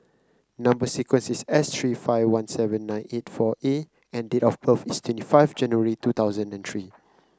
number sequence is S three five one seven nine eight four A and date of birth is twenty five January two thousand and three